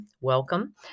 welcome